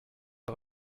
par